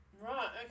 Right